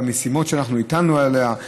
במשימות שאנחנו הטלנו עליה.